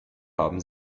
haben